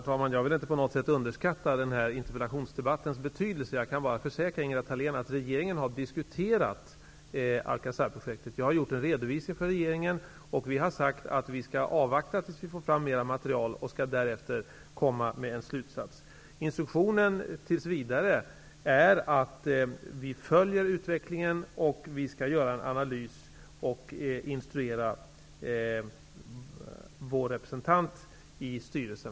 Herr talman! Jag vill inte på något sätt underskatta denna interpellationsdebatts betydelse. Jag vill bara försäkra Ingela Thalén om att regeringen har diskuterat Alcazarprojektet. Jag har gjort en redovisning för regeringen, och vi har sagt att vi skall avvakta tills vi får fram mera material och därefter skall komma fram till en slutsats. Inriktningen är tills vidare att vi skall följa utvecklingen och att vi skall göra en analys och framöver instruera vår representant i styrelsen.